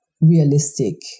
realistic